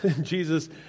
Jesus